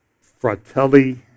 Fratelli